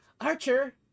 Archer